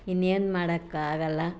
ಇನ್ನೇನು ಮಾಡೋಕ್ಕಾಗಲ್ಲ